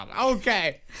Okay